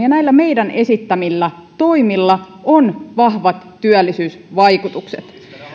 näillä meidän esittämillämme toimilla on vahvat työllisyysvaikutukset